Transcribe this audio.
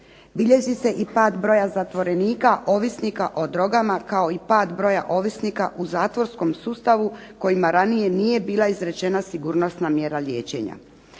Bilježi se i pad broja zatvorenika ovisnika o drogama kao i pad broja ovisnika u zatvorskom sustavu kojima ranije nije bila izrečena sigurnosna mjera liječenja.